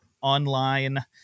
online